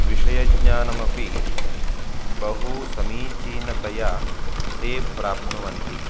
विषयज्ञानमपि बहुसमीचीनतया ते प्राप्नुवन्ति